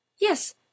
yes